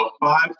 Five